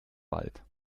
wald